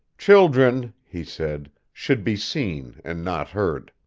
children, he said, should be seen and not heard.